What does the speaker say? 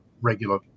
regular